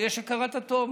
יש הכרת הטוב.